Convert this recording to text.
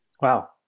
Wow